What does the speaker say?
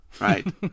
Right